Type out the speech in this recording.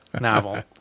Novel